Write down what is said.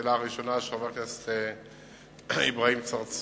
לשאלה הראשונה של חבר הכנסת אברהים צרצור